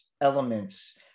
elements